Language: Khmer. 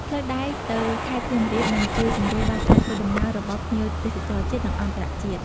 ផ្លូវដែកទៅខេត្តសៀមរាបនឹងជួយសម្រួលដល់ការធ្វើដំណើររបស់ភ្ញៀវទេសចរជាតិនិងអន្តរជាតិ។